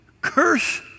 curse